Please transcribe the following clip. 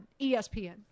ESPN